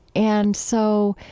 and so,